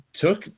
took